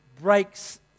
breaks